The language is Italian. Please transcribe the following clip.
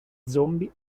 zombie